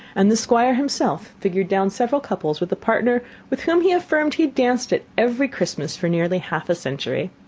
and the squire himself figured down several couples with a partner with whom he affirmed he had danced at every christmas for nearly half a century.